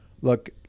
look